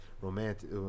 romantic